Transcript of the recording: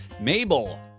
Mabel